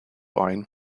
wine